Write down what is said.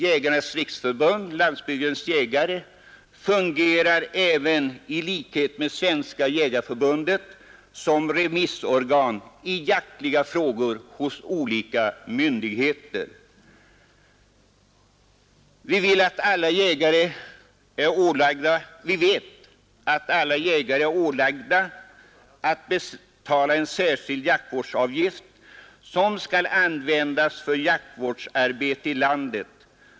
Jägarnas riksförbund-Landsbygdens jägare fungerar även — i likhet med Svenska jägareförbundet — som remissorgan i jaktfrågor hos olika myndigheter. Vi vet att alla jägare är ålagda att betala en särskild jaktvårdsavgift, som skall användas för jaktvårdsarbete i landet.